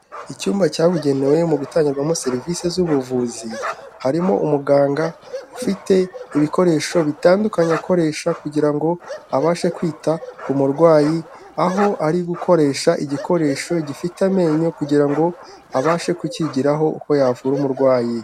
Icyumba cyabugenewe mu gutangirwamo serivisi z'ubuvuzi harimo umuganga ufite ibikoresho bitandukanye akoresha kugira ngo abashe kwita ku murwayi, aho ari gukoresha igikoresho gifite amenyo kugira ngo abashe kucyigiraho uko yavura umurwayi.